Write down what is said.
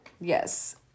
Yes